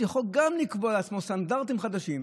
יכול גם לקבוע לעצמו סטנדרטים חדשים.